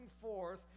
forth